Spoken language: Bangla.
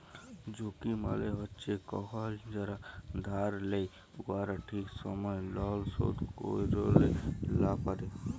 ঝুঁকি মালে হছে কখল যারা ধার লেই উয়ারা ঠিক সময়ে লল শোধ ক্যইরতে লা পারে